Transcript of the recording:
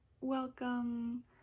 welcome